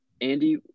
Andy